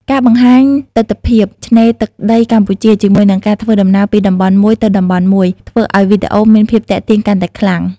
ការបង្ហាញទិដ្ឋភាពឆ្នេរទឹកដីកម្ពុជា ជាមួយនឹងការធ្វើដំណើរពីតំបន់មួយទៅតំបន់មួយ ធ្វើឲ្យវីដេអូមានភាពទាក់ទាញកាន់តែខ្លាំង។